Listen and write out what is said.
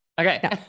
Okay